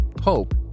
Hope